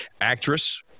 actress